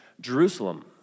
Jerusalem